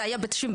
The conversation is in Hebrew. זה היה ב-96',